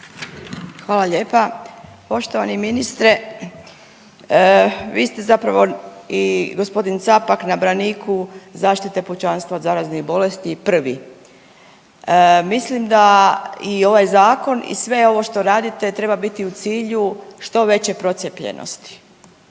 Hvala lijepa. Poštovani ministre. Vi ste zapravo i g. Capak na braniku zaštite pučanstva od zaraznih bolesti prvi mislim da i ovaj zakon i sve ovo što radite treba biti u cilju što veće procijepljenosti.